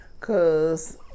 cause